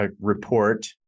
report